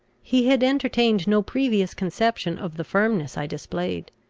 he had entertained no previous conception of the firmness i displayed.